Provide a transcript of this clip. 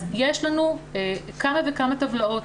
אז יש לנו כמה וכמה טבלאות.